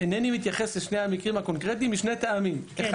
אינני מתייחס לשני המקרים הקונקרטיים משני טעמים: א',